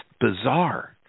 bizarre